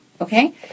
Okay